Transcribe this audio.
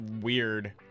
weird